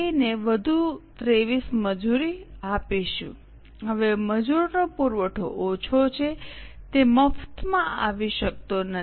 ને વધુ 23 મજૂરી આપીશું હવે મજૂરનો પુરવઠો ઓછો છે તે મફતમાં આવી શકતો નથી